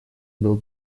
был